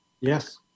Yes